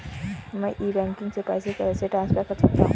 मैं e banking से पैसे कैसे ट्रांसफर कर सकता हूं?